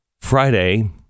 Friday